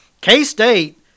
K-State